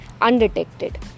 undetected